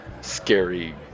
scary